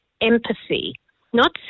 empathy—not